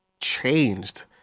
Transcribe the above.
changed